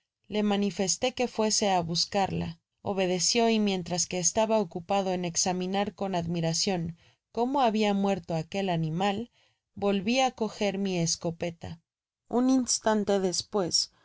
le mansfesté que fuese á buscarla obedeció y mientras que estaba ocupado en examinar con admiracion cómo habia sido muerto aquel animal volvi á cargar mi escopata un instante despues vi